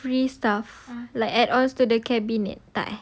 free stuff like add-ons to the cabinet tak eh